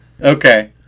Okay